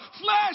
Flesh